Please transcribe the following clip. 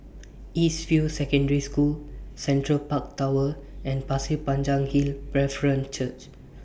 East View Secondary School Central Park Tower and Pasir Panjang Hill Brethren Church